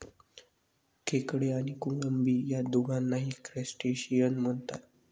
खेकडे आणि कोळंबी या दोघांनाही क्रस्टेशियन म्हणतात